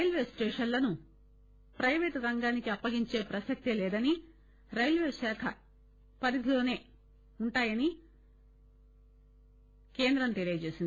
railway స్టేషన్లను private రంగానికి అప్పగించే ప్రసక్తే లేదని రైల్వే శాఖ పరిధిలోసే ఉంటుందని కేంద్రం తెలిపింది